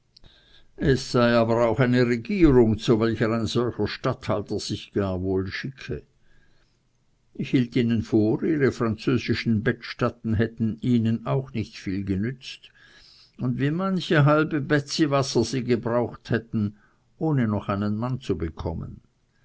es sei aber auch eine regierung zu welcher ein solcher statthalter sich gar wohl schicke ich hielt ihnen vor ihre französischen bettstatten hätten ihnen auch nicht viel genützt und wie manche halbe bätziwasser sie gebraucht hätten ohne noch einen mann zu bekommen